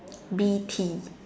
B_T